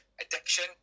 addiction